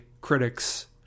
critics